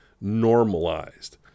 normalized